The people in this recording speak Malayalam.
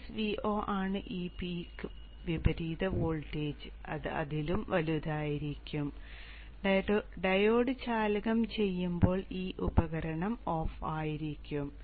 Vin Vo ആണ് ഈ പീക്ക് വിപരീത വോൾട്ടേജ് അത് അതിലും വലുതായിരിക്കും ഡയോഡ് ചാലകം ചെയ്യുമ്പോൾ ഈ ഉപകരണം ഓഫ് ആയിരിക്കും